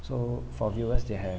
so for viewers they have